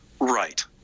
Right